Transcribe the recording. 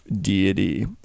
deity